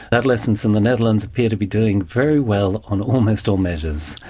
adolescents in the netherlands appear to be doing very well on almost all measures.